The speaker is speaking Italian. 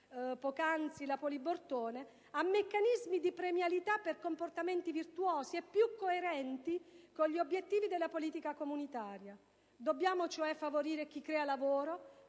senatrice Poli Bortone - a meccanismi di premialità per comportamenti virtuosi e più coerenti con gli obiettivi della politica comunitaria. Dobbiamo cioè favorire chi crea lavoro;